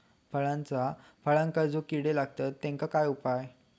फळांका जो किडे लागतत तेनका उपाय काय?